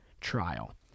trial